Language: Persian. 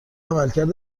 عملکرد